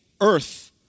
earth